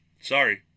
Sorry